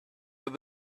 with